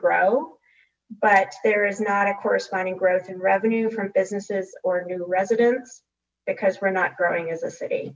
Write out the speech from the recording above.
grow but there is not a corresponding growth in revenue from businesses or new residents because we're not growing as